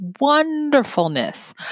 wonderfulness